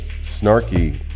snarky